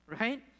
Right